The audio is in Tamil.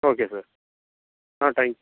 okay sir ah thanks